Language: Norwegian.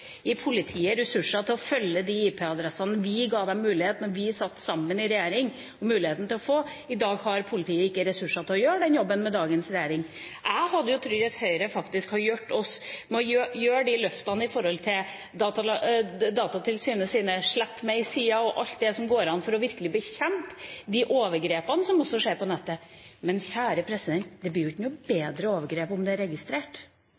gi politiet de ressurser til å følge IP-adressene vi ga dem mulighet til å få da vi satt sammen i regjering. I dag, med dagens regjering, har politiet ikke ressurser til å gjøre den jobben. Jeg hadde trodd at Høyre ville ha hjulpet oss med å gjøre de løftene i forhold til Datatilsynets slettmeg-sider og alt det som går an for virkelig å bekjempe de overgrepene som også skjer på nettet. Men, kjære, det blir jo ikke noe bedre overgrep om det er registrert.